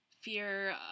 fear